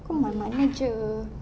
ke mana-mana jer